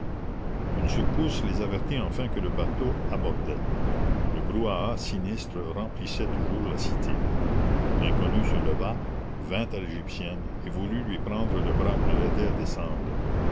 une secousse les avertit enfin que le bateau abordait le brouhaha sinistre remplissait toujours la cité l'inconnu se leva vint à l'égyptienne et voulut lui prendre le bras pour l'aider à descendre